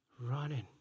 running